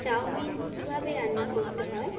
chowmein কীভাবে রান্না করতে হয়